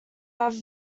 have